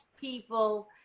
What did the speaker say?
people